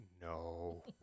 No